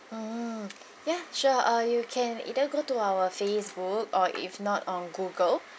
mm yeah sure uh you can either go to our Facebook or if not on google